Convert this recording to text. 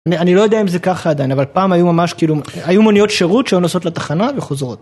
אני לא יודע אם זה ככה עדיין, אבל פעם היו ממש כאילו היו מוניות שירות שהיו נוסעות לתחנה, וחוזרות.